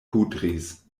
kudris